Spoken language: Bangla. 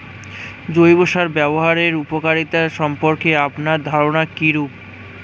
জৈব সার ব্যাবহারের উপকারিতা সম্পর্কে আপনার ধারনা কীরূপ?